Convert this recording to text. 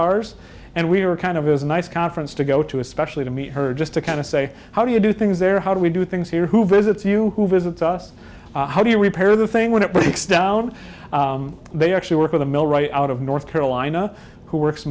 ours and we are kind of his nice conference to go to especially to meet her just to kind of say how do you do things there how do we do things here who visits you who visits us how do you repair the thing when it breaks down they actually work with a mill right out of north carolina who works